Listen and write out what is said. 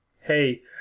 hey